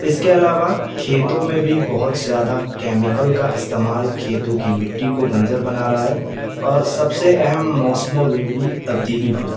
اس کے علاوہ کھیتوں میں بھی بہت زیادہ کیمیکل کا استعمال کھیتوں کی مٹی کو بنجر بنا رہا ہے اور سب سے اہم موسموں میں بھی تبدیلی ہوئی ہے